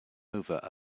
over